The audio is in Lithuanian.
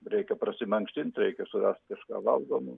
reikia prasimankštint reikia surast kažką valgomo